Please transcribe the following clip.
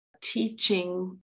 teaching